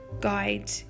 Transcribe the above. guide